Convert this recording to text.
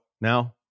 now